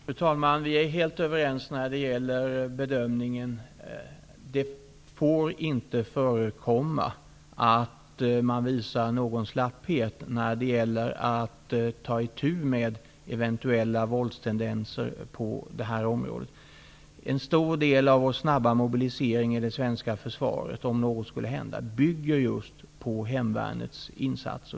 Fru talman! Vi är helt överens i fråga om bedömningen. Det får inte förekomma någon slapphet när det gäller att ta itu med eventuella våldstendenser på det här området. En stor del av den snabba mobiliseringen inom svenska försvaret, om något skulle hända, bygger just på hemvärnets insatser.